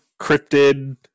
cryptid